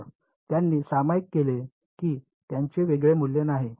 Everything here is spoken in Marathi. तर त्यांनी सामायिक केले की त्यांचे वेगळे मूल्य नाही